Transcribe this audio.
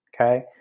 okay